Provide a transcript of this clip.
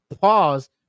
Pause